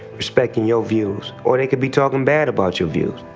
respectin' your views. or they could be talkin' bad about your views.